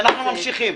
אנחנו ממשיכים.